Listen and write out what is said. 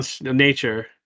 nature